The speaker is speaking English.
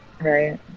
Right